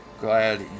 Glad